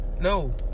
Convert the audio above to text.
No